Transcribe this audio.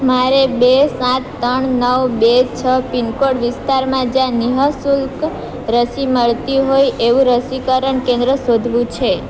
મારે બે સાત તણ નવ બે છ પિનકોડ વિસ્તારમાં જ્યાં નિ શુલ્ક રસી મળતી હોય એવું રસીકરણ કેન્દ્ર શોધવું છે